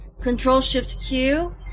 Control-shift-Q